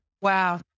Wow